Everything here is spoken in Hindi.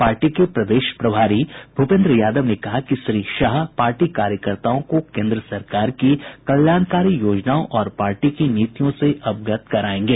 पार्टी के प्रदेश प्रभारी भूपेंद्र यादव ने कहा कि श्री शाह पार्टी कार्यकर्ताओं को केंद्र सरकार की कल्याणकारी योजनाओं और पार्टी की नीतियों से अवगत करायेंगे